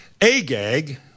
Agag